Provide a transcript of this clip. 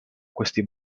questi